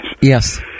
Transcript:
Yes